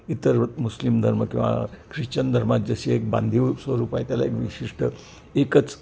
इतर मुस्लिम धर्म किंवा ख्रिश्चन धर्मात जशी एक बांधीव स्वरूप आहे त्याला एक विशिष्ट एकच